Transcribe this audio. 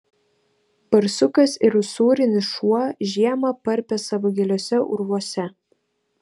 barsukas ir usūrinis šuo žiemą parpia savo giliuose urvuose